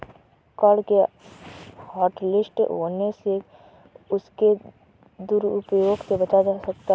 card के hotlist होने से उसके दुरूप्रयोग से बचा जा सकता है